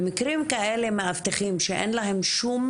במקרים כאלה מאבטחים שאין להם שום